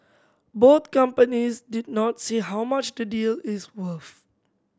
both companies did not say how much the deal is worth